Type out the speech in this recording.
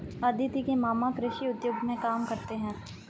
अदिति के मामा कृषि उद्योग में काम करते हैं